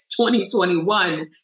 2021